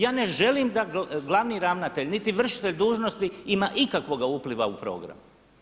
Ja ne želim da glavni ravnatelj niti vršitelj dužnosti ima ikakvoga upliva u program.